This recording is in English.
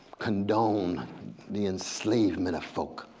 condone the enslavement of folk.